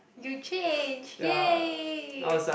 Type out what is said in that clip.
you changed yay